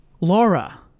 Laura